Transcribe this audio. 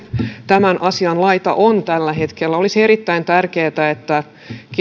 tämän asian laita on tällä hetkellä olisi erittäin tärkeätä että